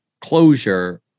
closure